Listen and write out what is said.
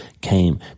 came